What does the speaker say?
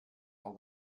all